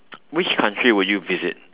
which country would you visit